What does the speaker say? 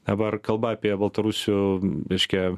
dabar kalba apie baltarusių reiškia